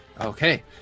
Okay